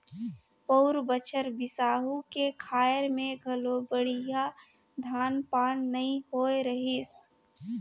पउर बछर बिसाहू के खायर में घलो बड़िहा धान पान नइ होए रहीस